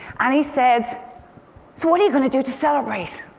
and he said, so what are you going to do to celebrate?